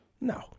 No